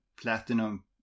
platinum